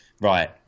right